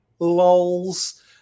Lols